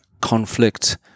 conflict